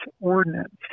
ordinance